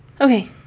okay